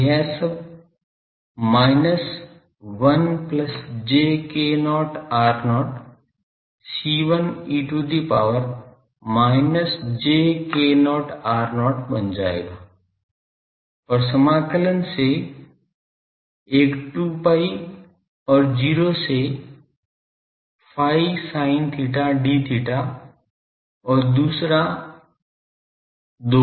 तो यह तब minus 1 plus j k0 r0 C1 e to the power minus j k0 r0 बन जाएगा और समाकलन से एक 2 pi और 0 से phi sin theta d theta और दूसरा 2 है